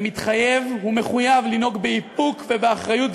אני מתחייב ומחויב לנהוג באיפוק ובאחריות,